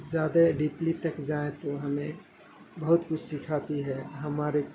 زیادہ ڈیپلی تک جائیں تو ہمیں بہت کچھ سکھاتی ہے ہمارے